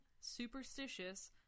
superstitious